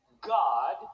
God